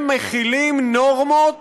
הם מחילים נורמות